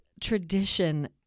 tradition